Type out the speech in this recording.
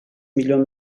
milyon